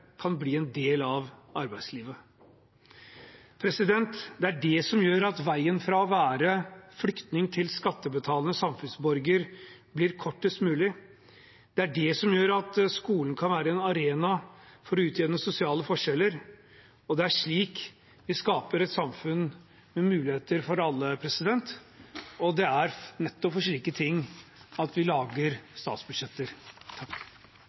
kan bli en del av arbeidslivet. Det er det som gjør at veien fra å være flyktning til skattebetalende samfunnsborger blir kortest mulig. Det er det som gjør at skolen kan være en arena for å utjevne sosiale forskjeller. Det er slik vi skaper et samfunn med muligheter for alle, og det er nettopp for slikt at vi